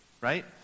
Right